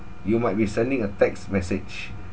you might be sending a text message